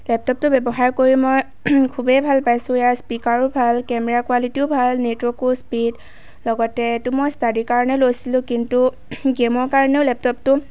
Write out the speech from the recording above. লেপটপটো ব্যৱহাৰ কৰি মই খুবেই ভাল পাইছোঁ ইয়াৰ স্পীকাৰো ভাল কেমেৰা কোৱালিটিও ভাল নেটৱৰ্কো স্পীড লগতে এইটো মই ষ্টাডিৰ কাৰণে লৈছিলোঁ কিন্তু গেমৰ কাৰণেও লেপটপটো